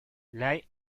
lei